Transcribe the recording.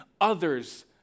others